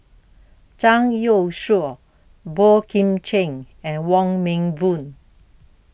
Zhang Youshuo Boey Kim Cheng and Wong Meng Voon